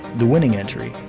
the winning entry,